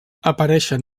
apareixen